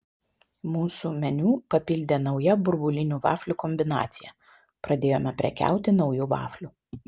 mūsų meniu papildė nauja burbulinių vaflių kombinacija pradėjome prekiauti nauju vafliu